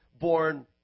born